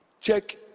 Check